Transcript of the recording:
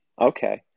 okay